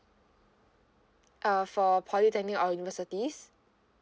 uh for polytechnic or universities